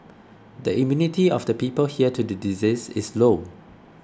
the immunity of the people here to the disease is low